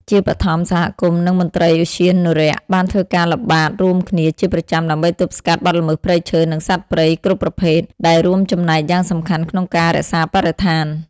ជាបឋម សហគមន៍ និងមន្ត្រីឧទ្យានុរក្សបានធ្វើការល្បាតរួមគ្នាជាប្រចាំ ដើម្បីទប់ស្កាត់បទល្មើសព្រៃឈើ និងសត្វព្រៃគ្រប់ប្រភេទ ដែលរួមចំណែកយ៉ាងសំខាន់ក្នុងការរក្សាបរិស្ថាន។